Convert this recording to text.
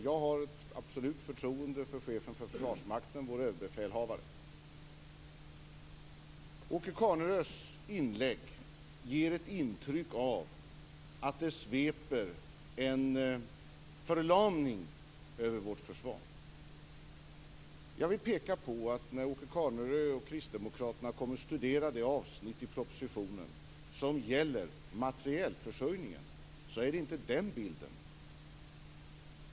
Jag har ett absolut förtroende för chefen för Åke Carnerös inlägg ger ett intryck av att det sveper en förlamning över vårt försvar. Jag vill peka på att när Åke Carnerö och kristdemokraterna kommer att studera det avsnitt i propositionen som gäller materielförsörjningen ser de inte den bilden.